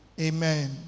Amen